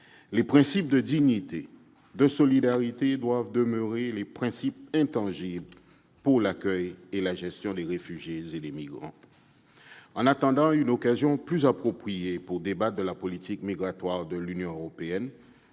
Les principes de dignité et de solidarité doivent demeurer intangibles en matière d'accueil et de gestion des réfugiés et des migrants. En attendant une occasion plus appropriée pour débattre de la politique migratoire de l'Union européenne,